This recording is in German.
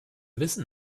wissen